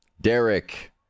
Derek